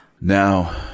Now